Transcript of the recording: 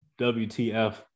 WTF